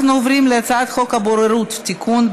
אנחנו עוברים להצעת חוק הבוררות (תיקון,